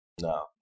No